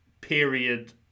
period